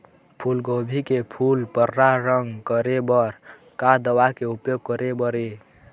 फूलगोभी के फूल पर्रा रंग करे बर का दवा के उपयोग करे बर ये?